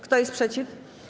Kto jest przeciw?